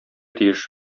тиеш